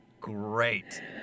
great